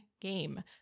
game